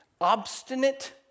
obstinate